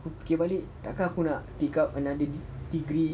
aku fikir-fikir balik takkan aku nak take up another de~ degree